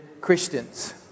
Christians